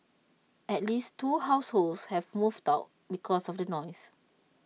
at least two households have moved out because of the noise